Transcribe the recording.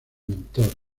mentor